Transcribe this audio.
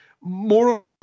more